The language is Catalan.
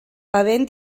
havent